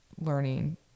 learning